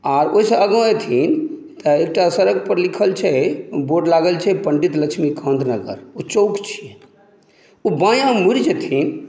आर ओहिसॅं आगाँ एथिन तऽ एकटा सड़क पर लिखल छै बोर्ड लागल छै पंडित लक्ष्मीकांत नगर ओ चौक छियै ओ बायाँ मुड़ि जेथिन